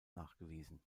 nachgewiesen